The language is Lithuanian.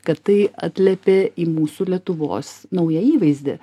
kad tai atliepė į mūsų lietuvos naują įvaizdį